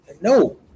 No